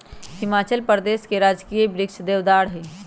हिमाचल प्रदेश के राजकीय वृक्ष देवदार हई